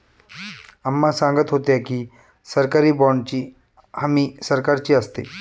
अम्मा सांगत होत्या की, सरकारी बाँडची हमी सरकारची असते